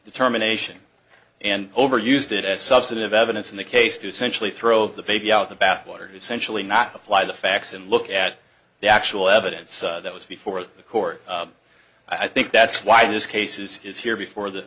determination and over used it as substantive evidence in the case to sensually throw the baby out the bathwater sensually not apply the facts and look at the actual evidence that was before the court i think that's why this cases is here before the